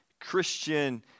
Christian